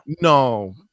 No